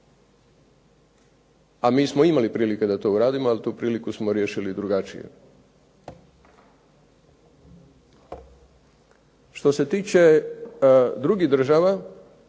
a mi smo imali prilike da to ugradimo. Ali tu priliku smo riješili drugačije. Što se tiče drugih država,